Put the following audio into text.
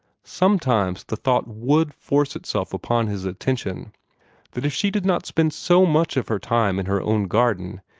sometimes the thought would force itself upon his attention that if she did not spend so much of her time in her own garden,